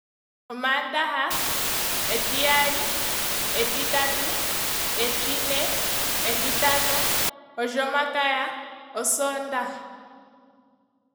Omaandaha, etiyali, etitatu, etine, etitano, olyomakaya, osoondaha